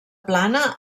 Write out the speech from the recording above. plana